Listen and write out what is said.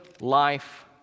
life